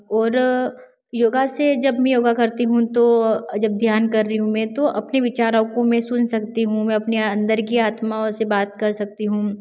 और योग से जब मैं योग करती हूँ तो जब ध्यान कर रही हूँ मैं तो अपने विचारों को मैं सुन सकती हूँ मैं अपने अन्दर की आत्माओं से बात कर सकती हूँ